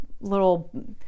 little